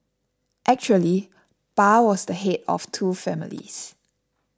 actually Pa was the head of two families